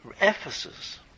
Ephesus